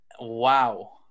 Wow